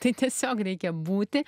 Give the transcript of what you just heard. tai tiesiog reikia būti